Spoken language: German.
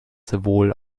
sowohl